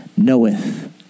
knoweth